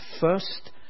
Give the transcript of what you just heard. first